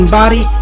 body